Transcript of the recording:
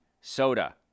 soda